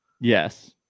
Yes